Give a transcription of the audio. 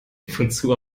wozu